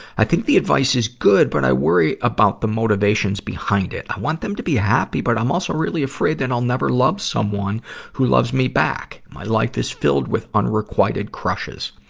i think the advice is good, but i worry about the motivations behind it. i want them to be happy, but i'm also really afraid that i'll never love someone who loves me back. my life is filled with unrequited crushes.